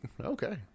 Okay